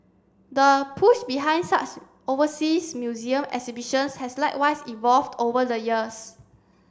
the push behind such overseas museum exhibitions has likewise evolved over the years